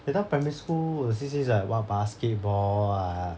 that time primary school the C_C_A is like what basketball ah